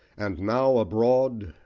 and now abroad,